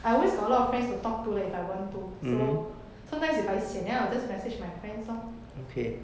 I always got a lot of friends to talk to like if I want to so sometimes if I sian then I will just message my friends lor